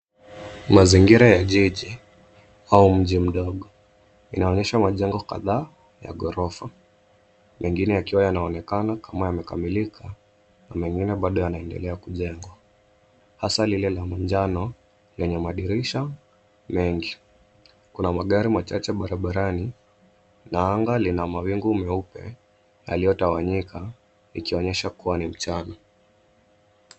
Mazingira ya jiji au mji mdogo. Inaonyesha majengo kadhaa ya ghorofa mengine yakiwa yanaonekana kama yamekamilika na mengine bado yanaendelea kujengwa hasa lile la manjano lenye madirisha mengi. Kuna magari machache ya barabarani na anga lina mawingu meupe aliotawanyika ikionyesha kuwa ni mchana.